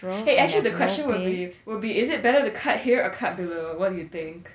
!hey! actually the question would be would be is it better the cut here or cut below what do you think